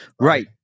Right